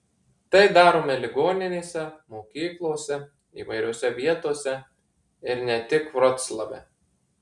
tai darome ligoninėse mokyklose įvairiose vietose ir ne tik vroclave